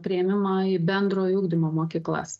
priėmimą į bendrojo ugdymo mokyklas